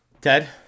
Ted